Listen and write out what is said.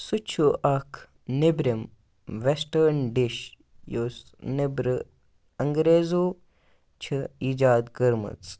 سُہ چھُ اکھ نیٚبرِم وٮ۪سٹٲرٕن ڈِش یُس نیٚبرٕ انٛگریزو چھِ ایٖجاد کٔرمٕژ